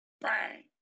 Bang